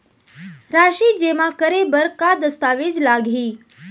राशि जेमा करे बर का दस्तावेज लागही?